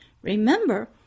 Remember